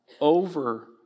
over